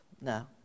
No